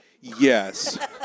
Yes